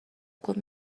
گفت